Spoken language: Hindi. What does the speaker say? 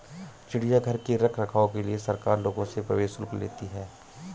चिड़ियाघर के रख रखाव के लिए सरकार लोगों से प्रवेश शुल्क लेती है